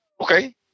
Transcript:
Okay